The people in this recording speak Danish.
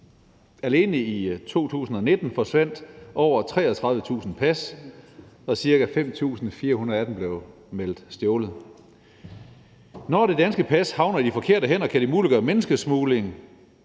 Alene i 2019 forsvandt over 33.000 pas, og ca. 5.400 af dem blev meldt stjålet. Når det danske pas havner i de forkerte hænder, kan det muliggøre menneskesmugling,